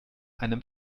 einem